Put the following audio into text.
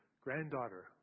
granddaughter